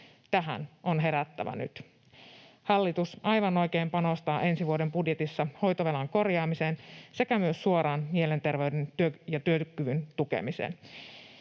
Tähän on herättävä nyt. Hallitus aivan oikein panostaa ensi vuoden budjetissa hoitovelan korjaamiseen sekä myös suoraan mielenterveyden ja työkyvyn tukemiseen.